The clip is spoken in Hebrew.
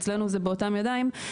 אצלנו זה באותם ידיים,